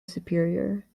superior